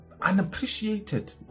unappreciated